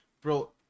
bro